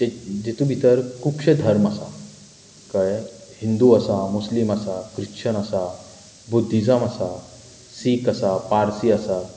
जेतूंत भितर खुबशें धर्म आसा कळ्ळें हिंदू आसा मुस्लीम आसा क्रिश्चन आसा बुध्दीजम आसा सिख आसा पार्सी आसा